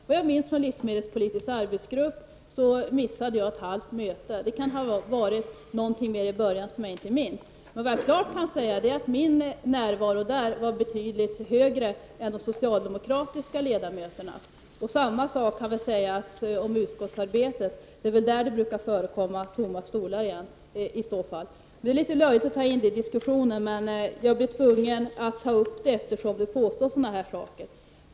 Vad jag minns från livsmedelspolitiska arbetsgruppen var att jag missade ett halvt möte, jag kan klart säga att min närvaro där var betydligt högre än de socialdemokratiska ledamöternas. Samma sak kan sägas om utskottsarbetet; det är väl i så fall där som det brukar förekomma tomma stolar. Det är litet löjligt att ta upp det i den här diskussionen, men jag blir tvungen att göra det eftersom Håkan Strömberg påstår sådana här saker.